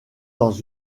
dans